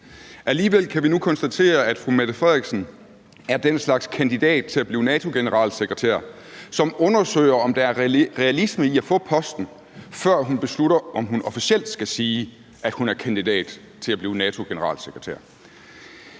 Alligevel kan vi nu konstatere, at fru Mette Frederiksen er den slags kandidat til at blive NATO-generalsekretær, som undersøger, om der er realisme i at få posten, før hun beslutter, om hun officielt skal sige, at hun er kandidat til at blive NATO-generalsekretær.